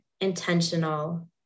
intentional